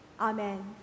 Amen